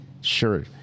Sure